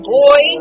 boy